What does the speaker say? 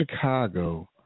Chicago